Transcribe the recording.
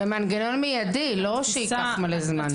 ומנגנון מיידי, לא שייקח מלא זמן.